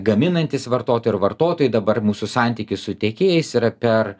gaminantys vartotojai ir vartotojai dabar mūsų santykis su tiekėjais yra per